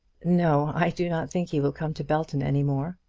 no, i do not think he will come to belton any more.